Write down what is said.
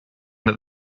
that